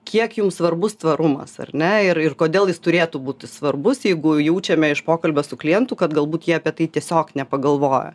kiek jums svarbus tvarumas ar ne ir ir kodėl jis turėtų būti svarbus jeigu jaučiame iš pokalbio su klientu kad galbūt jie apie tai tiesiog nepagalvoja